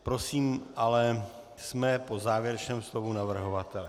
Prosím ale, jsme po závěrečném slovu navrhovatele.